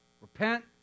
repent